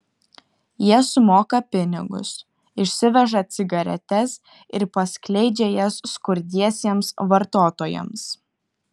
jie sumoka pinigus išsiveža cigaretes ir paskleidžia jas skurdiesiems vartotojams